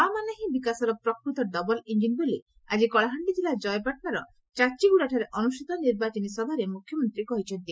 ମା' ମାନେ ହିଁ ବିକାଶର ପ୍ରକୂତ ଡବଲ ଇଞ୍ଞିନ ବୋଲି ଆକି କଳାହାଣ୍ଡି କିଲ୍ଲା ଜୟପାଟନାର ଚାଚିଗୁଡାଠାରେ ଅନୁଷ୍ଠିତ ନିର୍ବାଚନୀ ସଭାରେ ମୁଖ୍ୟମନ୍ତୀ କହିଛନ୍ତି